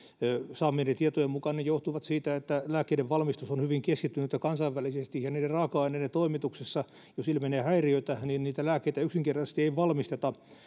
saamieni tietojen mukaan ne johtuivat siitä että lääkkeiden valmistus on hyvin keskittynyttä kansainvälisesti ja jos raaka aineiden toimituksissa ilmenee häiriöitä niin niitä lääkkeitä yksinkertaisesti ei valmisteta